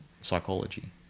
psychology